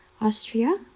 Austria